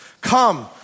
Come